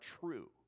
true